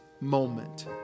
moment